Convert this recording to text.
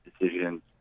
decisions